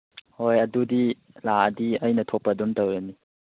ꯍꯣꯏ ꯑꯗꯨꯗꯤ ꯂꯥꯛꯑꯗꯤ ꯑꯩꯅ ꯊꯣꯛꯄ ꯑꯗꯨꯛ ꯇꯧꯔꯅꯤ